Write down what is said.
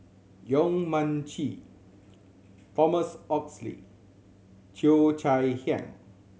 Yong Mun Chee Thomas Oxley Cheo Chai Hiang